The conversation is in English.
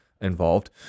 involved